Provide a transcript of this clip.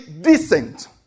decent